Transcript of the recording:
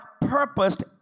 purposed